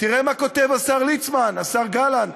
תראה מה כותב השר ליצמן, השר גלנט,